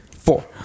Four